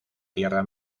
tierra